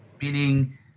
Meaning